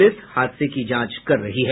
police हादसे की जांच कर रही है